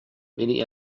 many